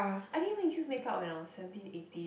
I didn't even use make up when I was seventeen eighteen